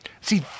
See